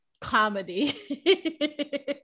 comedy